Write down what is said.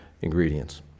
ingredients